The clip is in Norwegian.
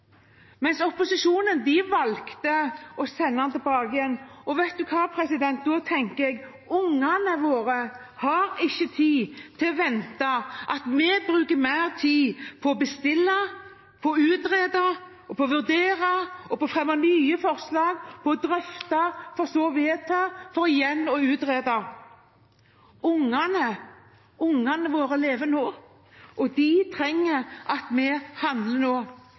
Opposisjonen valgte å sende den tilbake, men da tenker jeg at ungene våre ikke har tid til å vente på at vi bruker mer tid på å bestille, utrede, vurdere og fremme nye forslag – og på å drøfte for så å vedta, for igjen å utrede. Ungene våre lever nå, og de trenger at vi handler nå.